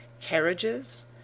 carriages